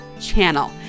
channel